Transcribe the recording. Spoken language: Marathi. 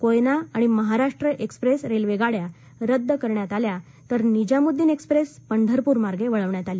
कोयना आणि महाराष्ट्र एक्सप्रेस रेल्वे गाड्या रद्द करण्यात आल्या तर निजामुद्दिन एक्स्प्रेस पंढरपुर मार्गे वळविली